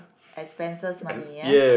expenses money ya